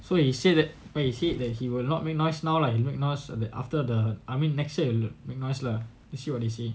so he said that back he said that he will not make noise now lah he make noise the after the I mean next year will make noise lah see what they say